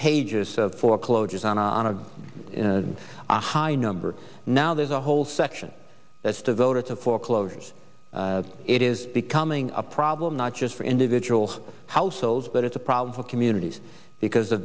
pages of foreclosures on a high number now there's a whole section that's devoted to foreclosures it is becoming a problem not just for individual households but it's a problem for communities because the